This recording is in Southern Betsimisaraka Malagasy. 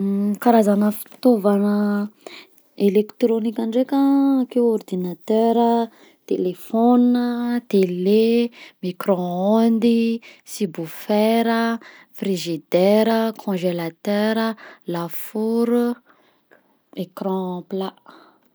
Karazagna fitaovagna elektrônika ndraika an: akeo ordinatera, telefona, tele, micro ondy, subwoofer, frigidaire, congelateur, lafaoro, ecran plat.